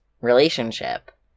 relationship